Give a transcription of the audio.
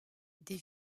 des